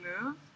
move